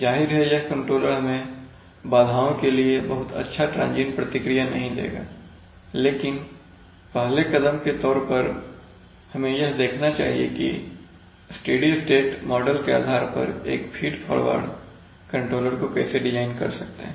जाहिर है यह कंट्रोलर हमें बाधाओं के लिए बहुत अच्छा ट्रांजियंट प्रतिक्रिया नहीं देगा लेकिन पहले कदम के तौर पर हमें यह देखना चाहिए कि स्टेडी स्टेट मॉडल के आधार पर एक फीड फॉरवर्ड कंट्रोलर को कैसे डिजाइन कर सकते हैं